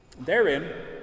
Therein